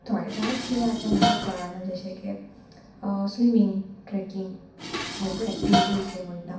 थोडे थोडेच खेळाचे म्हाका कळना जशें की स्विमींग ट्रेकींग आवटडोर एक्टिविटीज जे म्हणटा